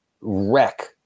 wreck